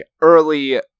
early